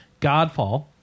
Godfall